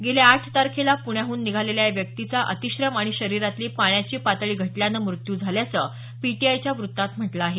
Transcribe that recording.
गेल्या आठ तारखेला पुण्यातून निघालेल्या या व्यक्तीचा अतिश्रम आणि शरिरातली पाण्याची पातळी घटल्यानं मृत्यू झाल्याचं पीटीआयच्या वृत्तात म्हटल आहे